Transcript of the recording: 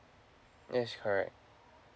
yes correct